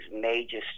major